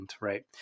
right